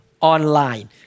online